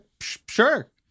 Sure